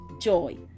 joy